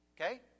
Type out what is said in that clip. okay